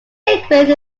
sequence